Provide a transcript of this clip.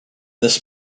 this